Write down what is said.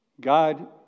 God